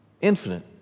infinite